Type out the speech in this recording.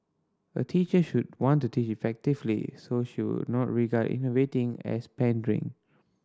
a teacher should want to teach effectively so she would not regard innovating as pandering